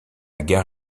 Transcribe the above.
gare